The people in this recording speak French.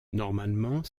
normalement